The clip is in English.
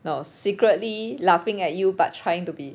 no secretly laughing at you but trying to be